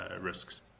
risks